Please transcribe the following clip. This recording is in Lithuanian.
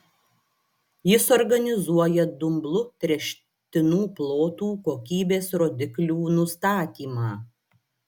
jis organizuoja dumblu tręštinų plotų kokybės rodiklių nustatymą